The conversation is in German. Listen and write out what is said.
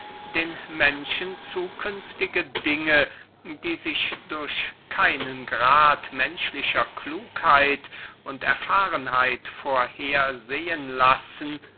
den menschen zukünftige dinge die sich durch keinen grad menschlicher klugheit und erfahrenheit vorhersehen lassen